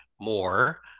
more